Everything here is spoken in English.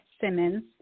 Simmons